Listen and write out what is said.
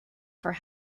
for